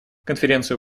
конференцию